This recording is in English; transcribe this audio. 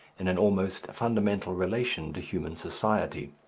in an almost fundamental relation to human society.